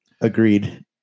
agreed